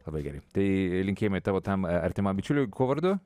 labai gerai tai linkėjimai tavo tam a artimam bičiuliui kuo vardu